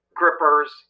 grippers